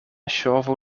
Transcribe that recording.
ŝovu